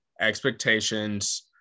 Expectations